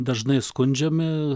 dažnai skundžiami